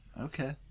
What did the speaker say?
Okay